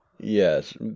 yes